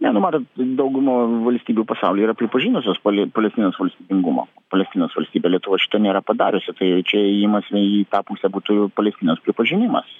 ne nu matot dauguma valstybių pasaulyje yra pripažinusios palestinos valstybingumą palestinos valstybę lietuva šito nėra padariusi tai čia ėjimas į tą pusę būtų palestinos pripažinimas